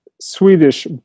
Swedish